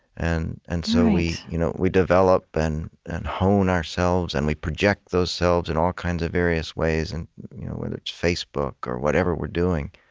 and and so we you know we develop and and hone ourselves, and we project those selves in all kinds of various ways, and whether it's facebook or whatever we're doing.